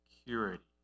security